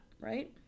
right